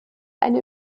eine